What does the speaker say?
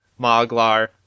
Moglar